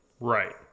Right